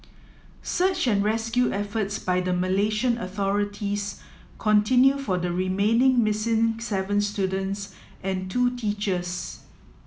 search and rescue efforts by the Malaysian authorities continue for the remaining missing seven students and two teachers